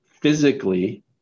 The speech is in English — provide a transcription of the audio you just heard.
physically